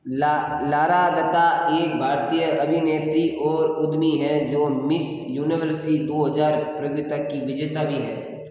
ला Lara Dutta एक भारतीय अभिनेत्री और उद्यमी हैं जो मिस यूनिवर्स दो हज़ार प्रतियोगिता की विजेता भी हैं